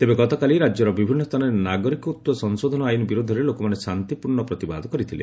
ତେବେ ଗତକାଲି ରାଜ୍ୟର ବିଭିନ୍ନ ସ୍ଥାନରେ ନାଗରିକତ୍ୱ ସଂଶୋଧନ ଆଇନ ବିରୋଧରେ ଲୋକମାନେ ଶାନ୍ତିପୂର୍ଣ୍ଣ ପ୍ରତିବାଦ କରିଥିଲେ